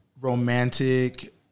romantic